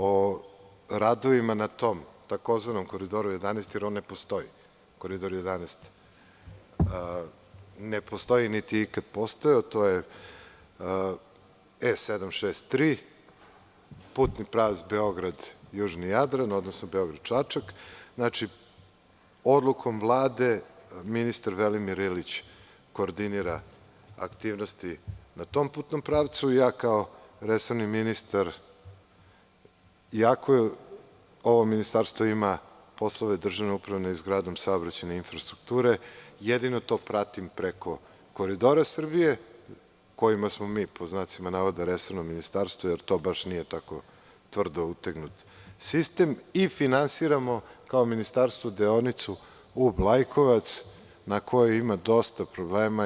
O radovima na tom tzv. „koridoru 11“, jer on ne postoji, niti je ikad postojao, to je E-763, putni pravac Beograd-južni Jadran, odnosno Beograd-Čačak, odlukom Vlade ministar Velimir Ilić koordinira aktivnosti na tom putnom pravcu i ja kao resorni ministar, iako ovo ministarstvo ima poslove državne uprave nad izgradnjom saobraćajne infrastrukture, jedino to pratim preko „Koridora Srbije“ kojima smo mi resorno ministarstvo, jer to baš nije tako tvrdo utegnut sistem i finansiramo kao ministarstvo deonicu Ub – Lajkovac, na kojoj ima dosta problema.